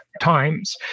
times